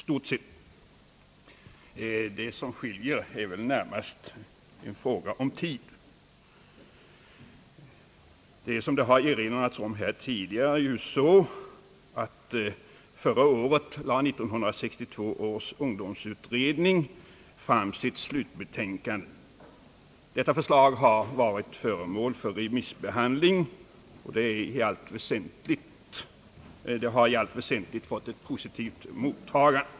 Vad som skiljer är närmast en fråga om tid. Som tidigare erinrats om, lade 1962 års ungdomsutredning förra året fram sitt slutbetänkande. Detta har varit före mål för remissbehandling och i allt väsentligt fått ett positivt mottagande.